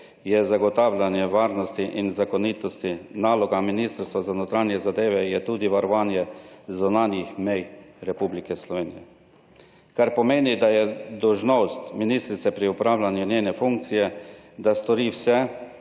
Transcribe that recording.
je zagotavljanje varnosti in zakonitosti. Naloga Ministrstva za notranje zadeve je tudi varovanje zunanjih mej Republike Slovenije, kar pomeni, da je dolžnost ministrice pri opravljanju njene funkcije, da stori vse,